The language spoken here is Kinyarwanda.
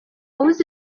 wuzi